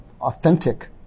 authentic